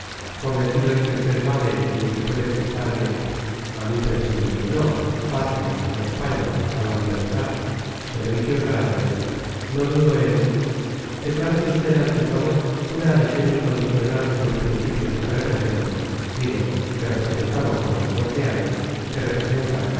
convencido de que usted vale y de que puede prestarme a mí precisamente no a la patria a españa a la libertad servicios grandes no dudo en decláreme usted ante todo una adhesión incondicional a los principios que represento digo que representamos todos los leales que representa la